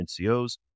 NCOs